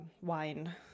wine